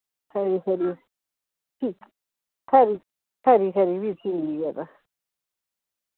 खरी खरी ठीक खरी खरी खरी फ्ही ठीक ऐ तां